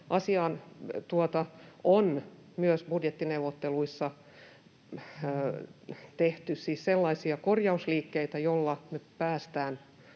Asiaan on myös budjettineuvotteluissa tehty siis sellaisia korjausliikkeitä, joilla me päästään